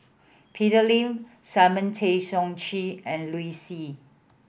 Peter Lee Simon Tay Seong Chee and Liu Si